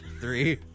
three